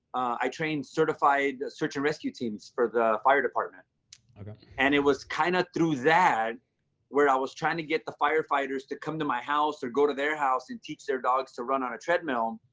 i trained certified search and rescue teams for the fire department and it was kind of through that where i was trying to get the firefighters to come to my house or go to their house and teach their dogs to run on a treadmill.